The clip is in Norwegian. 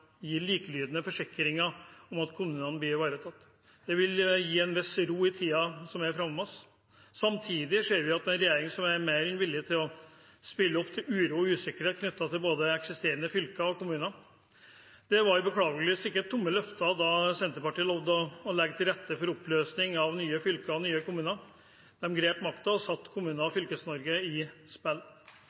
gi likelydende forsikringer om at kommunene blir ivaretatt. Det vil gi en viss ro i tiden som ligger foran oss. Samtidig ser vi at det er en regjering som er mer enn villig til å spille opp til uro og usikkerhet knyttet til både eksisterende fylker og kommuner. Det var beklageligvis ikke tomme løfter da Senterpartiet lovet å legge til rette for oppløsning av nye fylker og nye kommuner. De grep makten og satte Kommune- og Fylkes-Norge i spill.